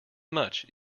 much